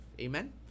Amen